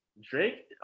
Drake